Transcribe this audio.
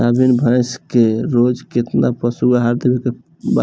गाभीन भैंस के रोज कितना पशु आहार देवे के बा?